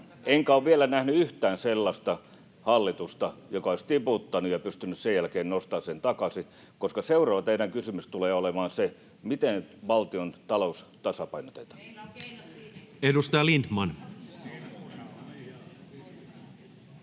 enkä ole vielä nähnyt yhtään sellaista hallitusta, joka olisi tiputtanut ja pystynyt sen jälkeen nostamaan sen takaisin, koska teidän seuraava kysymyksenne tulee olemaan se, miten valtiontalous tasapainotetaan.